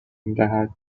میدهد